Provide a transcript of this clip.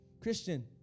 Christian